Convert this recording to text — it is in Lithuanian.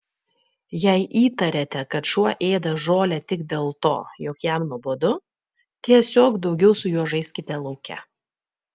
jei įtariate kad šuo ėda žolę tik dėl to jog jam nuobodu tiesiog daugiau su juo žaiskite lauke